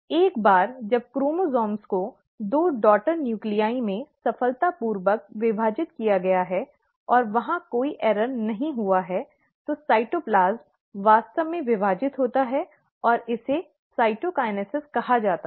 एक बार जब क्रोमोसोम को दो डॉटर नूक्लीआइ में सफलतापूर्वक विभाजित किया गया है और वहां कोई त्रुटि नहीं हुई है तो साइटोप्लाज्म वास्तव में विभाजित होता है और इसे साइटोकिनेसिस'cytokinesis' कहा जाता है